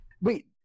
Wait